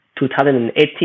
2018